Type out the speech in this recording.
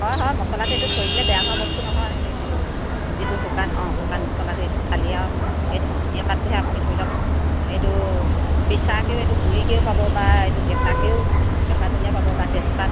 হয় হয় মচলাটো এইটো থৈ দিলে বেয়া হোৱা বস্তু নহয় এইটো যিটো শুকান অঁ শুকান মচলাটো এইটো খালী আৰু এই ধনিয়া পাতটোহে আপুনি ধৰি লওক এইটো পিছাকৈও এইটো গুড়িকৈও পাব বা এইটো কেঁচাকৈও কেঁচা ধনীয়াা পাব বা তেজপাত